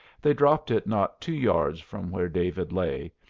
they dropped it not two yards from where david lay,